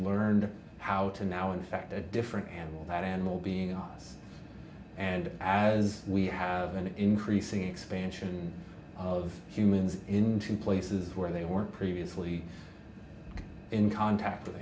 learned how to now infect a different animal that animal being on us and as we have an increasing expansion of humans into places where they weren't previously in contact with